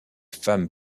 femmes